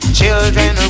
children